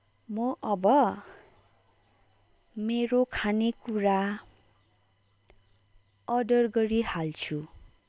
म अब मेरो खाने कुरा अर्डर गरिहाल्छु